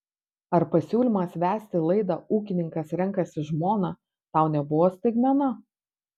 ar pasiūlymas vesti laidą ūkininkas renkasi žmoną tau nebuvo staigmena